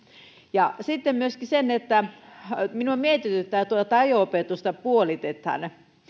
sitten myöskin minua mietityttää tuo että ajo opetusta puolitetaan